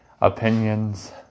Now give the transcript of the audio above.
opinions